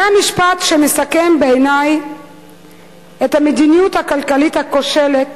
זה המשפט שמסכם בעיני את המדיניות הכלכלית הכושלת